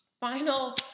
Final